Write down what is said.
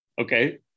Okay